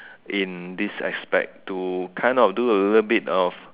in this aspect to kind of do a little bit of